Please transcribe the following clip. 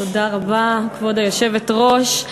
תודה רבה, כבוד היושבת-ראש.